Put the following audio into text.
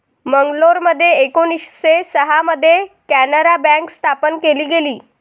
मंगलोरमध्ये एकोणीसशे सहा मध्ये कॅनारा बँक स्थापन केली गेली